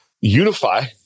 unify